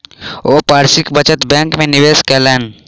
ओ पारस्परिक बचत बैंक में निवेश कयलैन